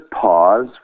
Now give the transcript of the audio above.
pause